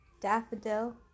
Daffodil